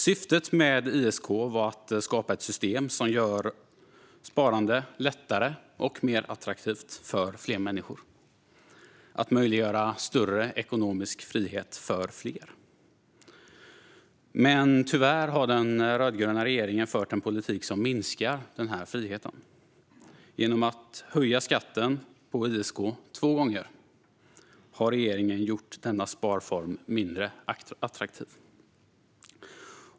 Syftet med ISK var att skapa ett system som gör sparande lättare och mer attraktivt för fler människor och att möjliggöra större ekonomisk frihet för fler. Men tyvärr har den rödgröna regeringen fört en politik som minskar den här friheten. Genom att höja skatten på ISK två gånger har regeringen gjort denna sparform mindre attraktiv.